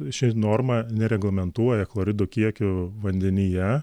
ši norma nereglamentuoja chloridų kiekių vandenyje